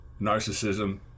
narcissism